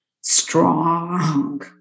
strong